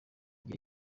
rya